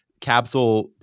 Capsule